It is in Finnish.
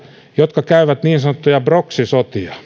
jotka käyvät niin sanottuja proxy sotia